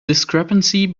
discrepancy